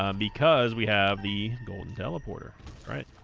um because we have the golden teleporter right